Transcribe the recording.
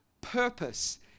purpose